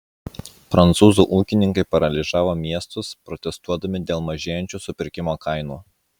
prancūzų ūkininkai paralyžiavo miestus protestuodami dėl mažėjančių supirkimo kainų